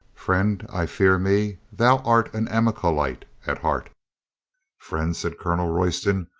friend, i fear me thou art an amalekite at heart friend, said colonel royston,